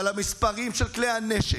אבל המספרים של כלי הנשק,